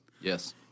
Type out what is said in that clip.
Yes